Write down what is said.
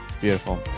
Beautiful